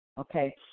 Okay